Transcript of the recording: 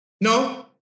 No